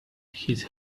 his